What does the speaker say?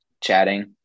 chatting